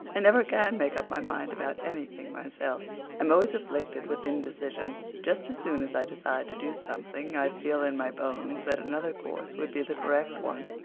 i never can make up my mind about anything myself i'm always afflicted with indecision. just as soon as i decide to do something i feel in my bones that another course would be the correct one.